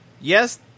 Yes